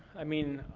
i mean,